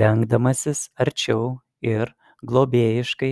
lenkdamasis arčiau ir globėjiškai